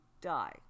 die